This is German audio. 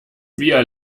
wir